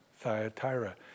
Thyatira